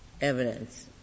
evidence